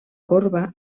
corba